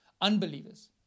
Unbelievers